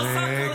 אוכל מרק עדשים.